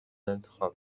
انتخاب